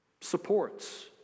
supports